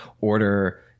order